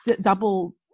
double